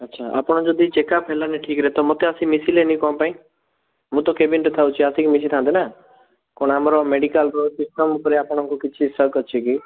ଆଚ୍ଛା ଆପଣ ଯଦି ଚେକ୍ ଅପ୍ ହେଲାନି ଠିକ୍ରେ ମୋତେ ଆସିକି ମିଶିଲେନି କ'ଣ ପାଇଁ ମୁଁ ତ କ୍ୟାବିନ୍ରେ ଥାଉଛି ନା ଆସିକି ମିଶିଥାନ୍ତେ ନା କ'ଣ ଆମର ମେଡ଼ିକାଲର ସିଷ୍ଟମ୍ ଉପରେ ଆପଣଙ୍କର କିଛି ଶକ ଅଛି କି